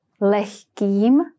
lehkým